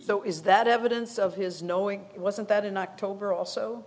so is that evidence of his knowing it wasn't that in october also